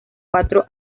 cuatro